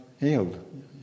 healed